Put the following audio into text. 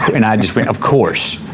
and i just went of course.